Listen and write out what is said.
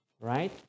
right